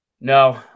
No